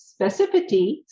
specificity